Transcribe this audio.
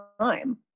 time